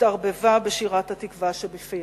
התערבבה בשירת "התקווה" שבפיהם.